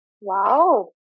wow